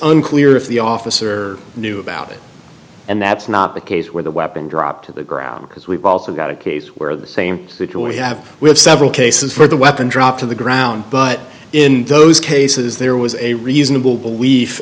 unclear if the officer knew about it and that's not the case where the weapon dropped to the ground because we've also got a case where the same we have several cases for the weapon drop to the ground but in those cases there was a reasonable belief